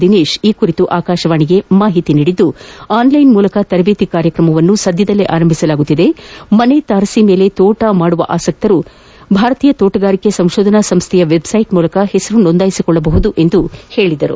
ದಿನೇಶ್ ಈ ಕುರಿತು ಆಕಾಶವಾಣಿಗೆ ಮಾಹಿತಿ ನೀಡಿದ್ದು ಆನ್ಲೈನ್ ಮೂಲಕ ತರಬೇತಿ ಕಾರ್ಯಕ್ರಮವನ್ನು ಸದ್ದದಲ್ಲೇ ಆರಂಭಿಸಲಾಗುತ್ತಿದೆ ಮನೆ ತಾರಸಿ ಮೇಲೆ ತೋಟ ನಿರ್ಮಿಸುವ ಆಸಕ್ತರು ಭಾರತೀಯ ತೋಟಗಾರಿಕಾ ಸಂಶೋಧನಾ ಸಂಶ್ನೆಯ ವೆಬ್ಸೈಟ್ ಮೂಲಕ ಹೆಸರು ನೋಂದಾಯಿಸಿಕೊಳ್ಳಬಹುದು ಎಂದರು